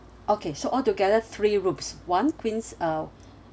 okay so altogether three rooms one queen si~ uh